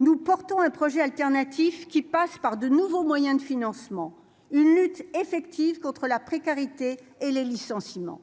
nous portons un projet alternatif qui passe par de nouveaux moyens de financement une lutte effective contre la précarité et les licenciements